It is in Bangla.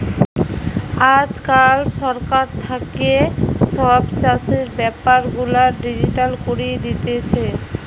আজকাল সরকার থাকে সব চাষের বেপার গুলা ডিজিটাল করি দিতেছে